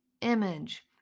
image